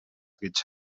гэж